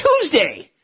Tuesday